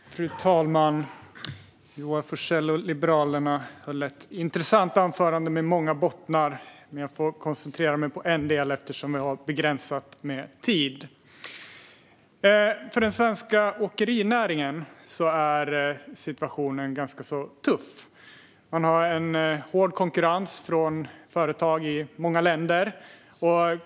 Fru talman! Joar Forssell från Liberalerna höll ett intressant anförande med många bottnar. Jag får koncentrera mig på en del, eftersom jag har begränsat med tid. För den svenska åkerinäringen är situationen ganska tuff; den har hård konkurrens från företag i många länder.